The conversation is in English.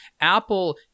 Apple